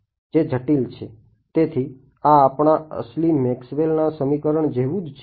જે જટીલ મેક્સવેલના સમીકરણ જેવું જ છે